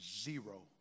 zero